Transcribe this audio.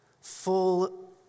Full